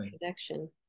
connection